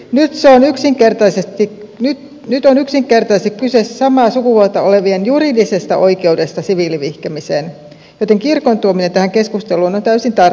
nyt on yksinkertaisesti kyse samaa sukupuolta olevien juridisesta oikeudesta siviilivihkimiseen joten kirkon tuominen tähän keskusteluun on täysin tarpeetonta